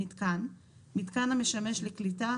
"מיתקן" מיתקן המשמש לקליטה,